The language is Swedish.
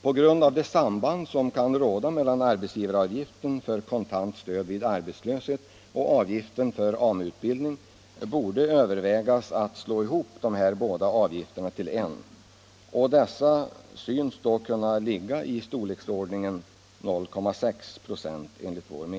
På grund av det samband som kan råda mellan arbetsgivaravgiften för kontant stöd vid arbetslöshet och avgiften för AMU-utbildning borde man överväga att slå ihop dessa båda avgifter till en, som då enligt vår mening synes kunna ha storleksordningen 0,6 96.